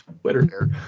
twitter